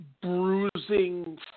bruising